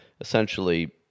essentially